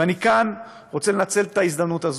ואני כאן רוצה לנצל את ההזדמנות הזו,